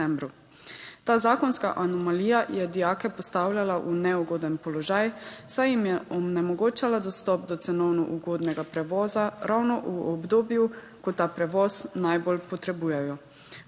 Ta zakonska anomalija je dijake postavljala v neugoden položaj, saj jim je onemogočala dostop do cenovno ugodnega prevoza ravno v obdobju, ko ta prevoz najbolj potrebujejo.